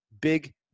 Big